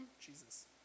Jesus